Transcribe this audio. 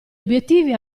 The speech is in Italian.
obiettivi